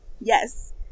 Yes